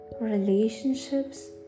relationships